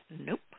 nope